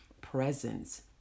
presence